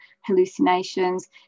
hallucinations